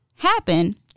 Happen